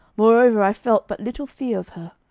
moreover, i felt but little fear of her.